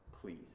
please